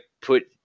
put